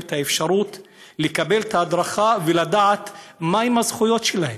את האפשרות לקבל את ההדרכה ולדעת מהן הזכויות שלהם,